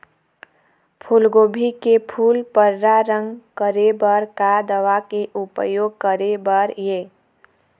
फूलगोभी के फूल पर्रा रंग करे बर का दवा के उपयोग करे बर ये?